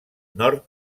nord